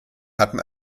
hatten